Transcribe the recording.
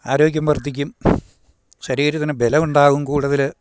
ആരോഗ്യം വര്ദ്ധിക്കും ശരീരത്തിന് ബലം ഉണ്ടാകും കൂടുതല്